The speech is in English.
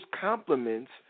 compliments